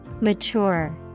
Mature